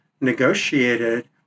negotiated